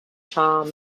charm